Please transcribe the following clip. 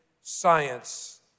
science